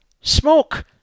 smoke